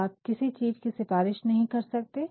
आप किसी चीज़ की सिफारिश नहीं कर सकते है